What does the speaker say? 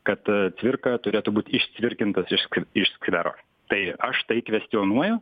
kad cvirka turėtų būt išcvirkintas iš iš skvero tai aš tai kvestionuoju